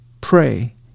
pray